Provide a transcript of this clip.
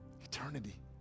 eternity